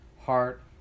heart